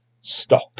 stock